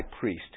priest